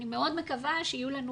אני מאוד מקווה שיהיו לנו